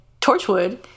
Torchwood